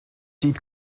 dydd